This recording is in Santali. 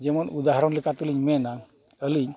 ᱡᱮᱢᱚᱱ ᱩᱫᱟᱦᱚᱨᱚᱱ ᱞᱮᱠᱟ ᱛᱮᱞᱤᱧ ᱢᱮᱱᱟ ᱟᱹᱞᱤᱧ